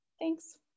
Thanks